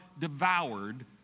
devoured